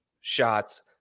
shots